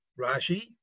Rashi